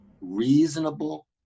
Reasonable